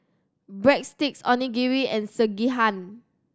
Breadsticks Onigiri and Sekihan